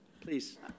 Please